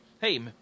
Hey